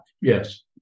Yes